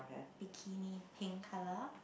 bikini pink colour